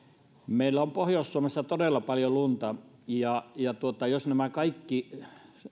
meillä on pohjois suomessa todella paljon lunta ja ja jos nämä kaikki